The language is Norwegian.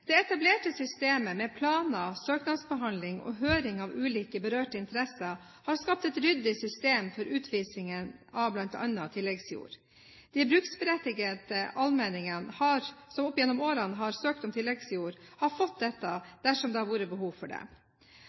Det etablerte systemet, med planer, søknadsbehandling og høring av ulike berørte interesser, har skapt et ryddig system for utvisningen av bl.a. tilleggsjord. De bruksberettigede i allmenningene som opp gjennom årene har søkt om tilleggsjord, har fått dette dersom det har vært behov for det,